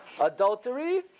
adultery